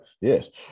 Yes